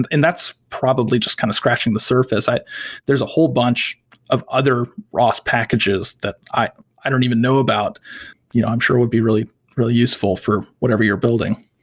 and that's probably just kind of scratching the surface. there's a whole bunch of other ros packages that i i don't even know about you know i'm sure would be really really useful for whatever you're building.